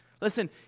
Listen